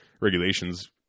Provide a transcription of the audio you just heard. regulations